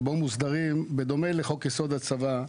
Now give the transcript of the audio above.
בדומה לחוק-יסוד: הצבא,